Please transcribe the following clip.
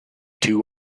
two